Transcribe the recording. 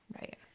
right